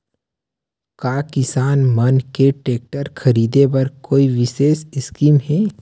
का किसान मन के टेक्टर ख़रीदे बर कोई विशेष स्कीम हे?